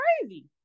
crazy